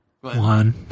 One